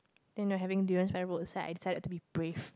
then we were having durian by the roadside I decided to be brave